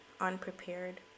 Unprepared